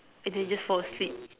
and then you just fall asleep